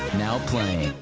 now playing.